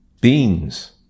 beans